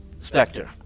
Spectre